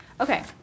Okay